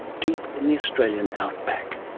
deep in the australian outback.